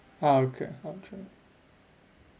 ah okay I'll try